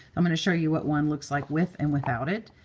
i'm going to show you what one looks like with and without it.